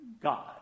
God